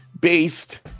based